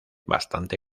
bastante